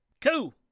Cool